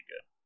good